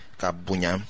kabunya